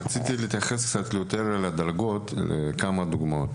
רציתי להתייחס אל נושא הדרגות, ולתת כמה דוגמאות.